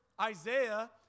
Isaiah